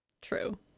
True